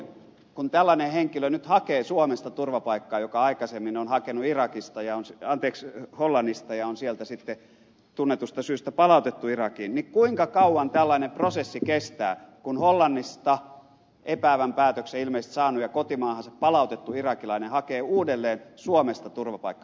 kun tällainen henkilö nyt hakee suomesta turvapaikkaa joka aikaisemmin on hakenut hollannista ja on sieltä sitten tunnetusta syystä palautettu irakiin niin kuinka kauan tällainen prosessi kestää kun hollannista epäävän päätöksen ilmeisesti saanut ja kotimaahansa palautettu irakilainen hakee uudelleen suomesta turvapaikkaa